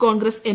Congress M